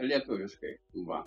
lietuviškai va